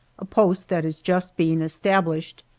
a post that is just being established,